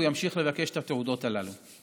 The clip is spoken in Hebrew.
והוא ימשיך לבקש את התעודות הללו.